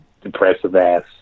depressive-ass